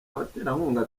baterankunga